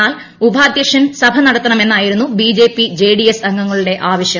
എന്നാൽ ഉപാധ്യക്ഷൻ സഭ നടത്തണം എന്നായിരുന്നു ബിജെപി ജെഡിഎസ് അംഗങ്ങളുടെ ആവശ്യം